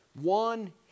one